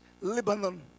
Lebanon